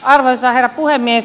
arvoisa herra puhemies